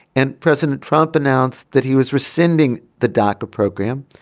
and president trump announced that he was rescinding the doctor program.